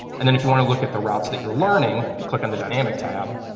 and then if you want to look at the routes that you're learning, you click on the dynamic tab.